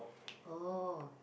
oh